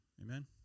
Amen